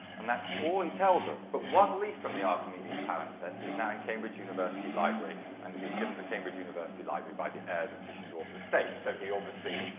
and that's all he tells us. but one leaf from the archimedes palimpsest is now in cambridge university library and it was given to cambridge library by the heirs of tischendorf's estate. so, he obviously